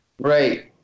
right